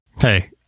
Hey